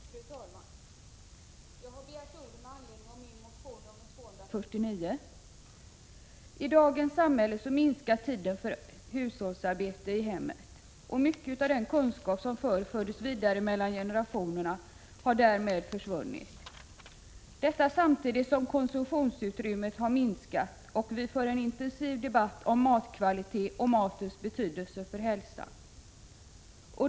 Fru talman! Jag har begärt ordet med anledning av min motion Ub249. I dagens samhälle minskar tiden för hushållsarbete i hemmet, och mycket av den kunskap som förr fördes vidare mellan generationerna har därmed försvunnit. Samtidigt har konsumtionsutrymmet minskat, och vi för en intensiv debatt om matkvalitet och om matens betydelse för hälsan.